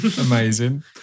Amazing